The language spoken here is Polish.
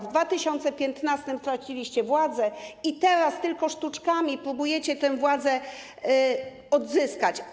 W 2015 r. straciliście władzę i teraz tylko sztuczkami próbujecie tę władzę odzyskać.